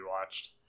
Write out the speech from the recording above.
watched